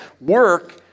work